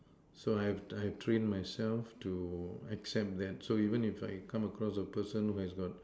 so I have to I've trained myself to accept that so even if I come across a person who has got